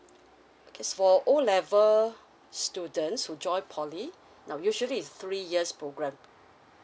okay for o level students who joined poly now usually it's three years program